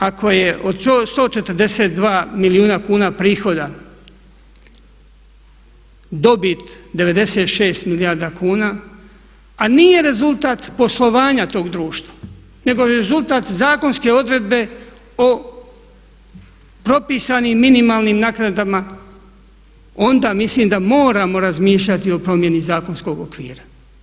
Ali ako je od 142 milijuna kuna prihoda dobit 96 milijardi kuna a nije rezultat poslovanja tog društva nego je rezultat zakonske odredbe o propisanim minimalnim naknadama onda mislim da moramo razmišljati o promjeni zakonskog okvira.